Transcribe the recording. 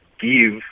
give